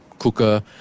cooker